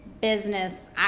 business